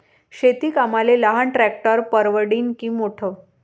शेती कामाले लहान ट्रॅक्टर परवडीनं की मोठं?